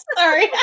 sorry